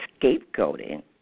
scapegoating